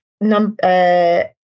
number